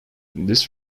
this